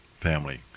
family